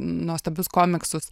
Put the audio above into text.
nuostabius komiksus